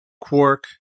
Quark